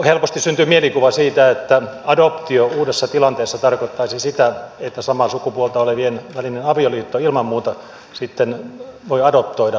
helposti syntyy mielikuva siitä että adoptio uudessa tilanteessa tarkoittaisi sitä että samaa sukupuolta olevien välisessä avioliitossa ilman muuta sitten voi adoptoida lapsia